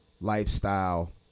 lifestyle